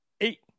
Eight